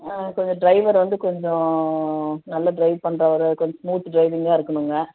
ஆ கொஞ்சம் ட்ரைவர் வந்து கொஞ்சம் நல்ல ட்ரைவ் பண்றவராக கொஞ்சம் ஸ்மூத் ட்ரைவிங்காக இருக்கணுங்க